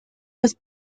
was